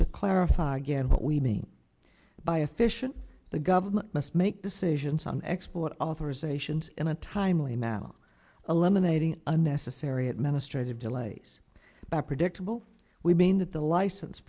to clarify again what we mean by efficient the government must make decisions on export authorizations in a timely manner eliminating unnecessary administrative delays by predictable we mean that the license